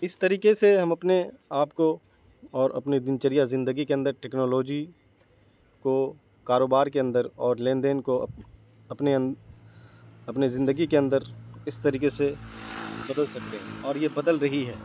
اس طریقے سے ہم اپنے آپ کو اور اپنے دن چریہ زندگی کے اندر ٹیکنالوجی کو کاروبار کے اندر اور لین دین کو اپ اپنے ان اپنے زندگی کے اندر اس طریقے سے بدل سکتے ہیں اور یہ بدل رہی ہے